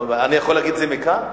אני יכול להגיד את זה מכאן?